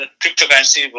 cryptocurrency